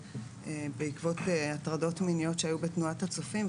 בעקבות הטרדות מיניות שהיו בתנועת הצופים,